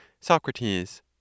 Socrates